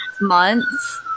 months